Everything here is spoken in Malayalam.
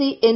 C N